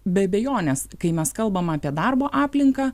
be abejonės kai mes kalbam apie darbo aplinką